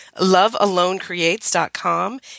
lovealonecreates.com